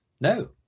no